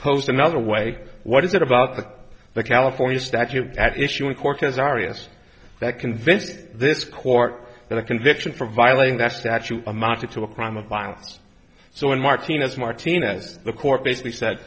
post another way what is it about the the california statute at issue in court as areas that convince this court that a conviction for violating that statute amounted to a crime of violence so in martinez martinez the court basically said